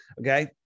okay